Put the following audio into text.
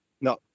No